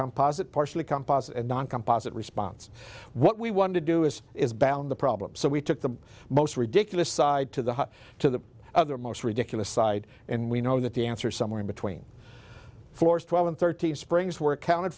composite partially composite noncom posit response what we want to do is is balance the problem so we took the most ridiculous side to the to the other most ridiculous side and we know that the answer is somewhere in between floors twelve and thirteen springs were counted